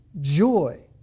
joy